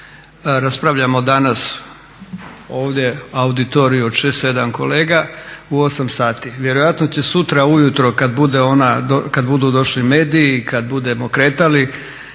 raspravljamo danas ovdje auditoriju od 6, 7 kolega u 8 sati. Vjerojatno će sutra ujutro kada budu došli mediji, kada budemo kretali